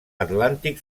atlàntic